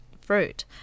fruit